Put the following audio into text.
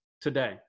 today